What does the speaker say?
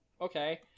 okay